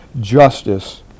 justice